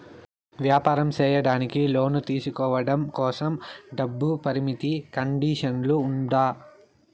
వ్యాపారం సేయడానికి లోను తీసుకోవడం కోసం, డబ్బు పరిమితి కండిషన్లు ఉందా?